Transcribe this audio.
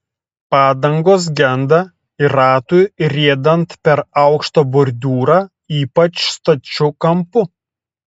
padangos genda ir ratui riedant per aukštą bordiūrą ypač stačiu kampu